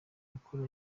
gukora